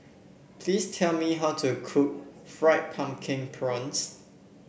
please tell me how to cook Fried Pumpkin Prawns